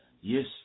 Yes